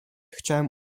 chciałem